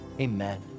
amen